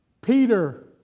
Peter